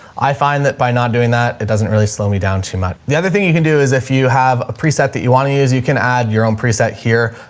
i find that by not doing that, it doesn't really slow me down too much. the other thing you can do is if you have a preset that you want to use, you can add your own preset here.